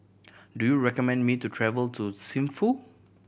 do you recommend me to travel to Thimphu